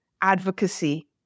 advocacy